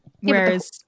Whereas